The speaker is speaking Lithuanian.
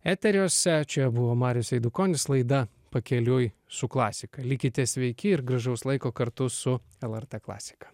eteriuose čia buvo marius eidukonis laida pakeliui su klasika likite sveiki ir gražaus laiko kartu su lrt klasika